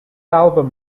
album